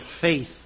faith